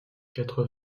quatre